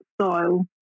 style